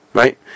right